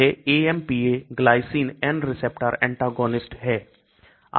यह AMPAGlycine N receptor antagonist हैं